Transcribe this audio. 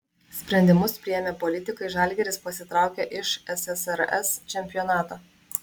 sprendimus priėmė politikai žalgiris pasitraukė iš ssrs čempionato